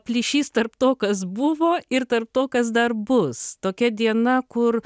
plyšys tarp to kas buvo ir tarp to kas dar bus tokia diena kur